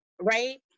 right